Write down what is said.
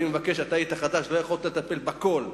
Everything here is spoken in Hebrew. אני מבקש, היית חדש, לא יכולת לטפל בכול,